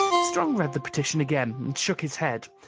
strong read the petition again and shook his head.